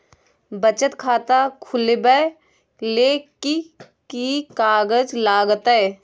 बचत खाता खुलैबै ले कि की कागज लागतै?